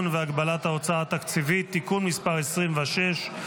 והגבלת ההוצאה התקציבית (תיקון מספר 26),